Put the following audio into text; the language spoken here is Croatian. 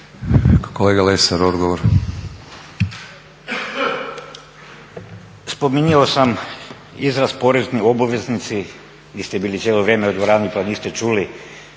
- Stranka rada)** Spominjao sam izraz porezni obveznici, niste bili cijelo vrijeme u dvorani pa niste čuli.